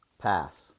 Pass